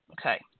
Okay